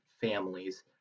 families